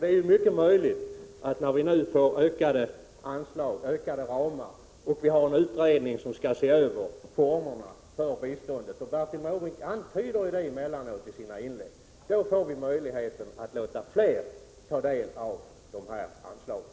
Det är mycket möjligt, när vi nu får ökade ramar och en utredning skall se över formerna för biståndet — Bertil Måbrink antyder det själv emellanåt i sina inlägg — att vi får möjlighet att låta fler ta del av det här anslaget.